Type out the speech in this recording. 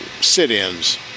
Sit-ins